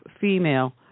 female